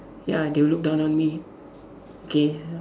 ya they will look down on me K